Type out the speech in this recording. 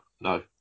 no